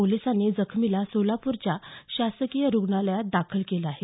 पोलिसांनी जखमीला सोलापूरच्या शासकीय रुग्णालयात दाखल केलं आहे